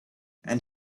and